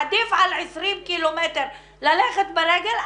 עדיף על 20 קילומטר ללכת ברגל,